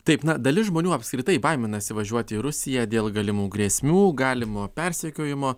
taip dalis žmonių apskritai baiminasi važiuoti į rusiją dėl galimų grėsmių galimo persekiojimo